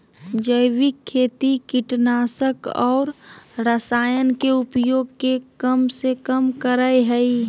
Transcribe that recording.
जैविक खेती कीटनाशक और रसायन के उपयोग के कम से कम करय हइ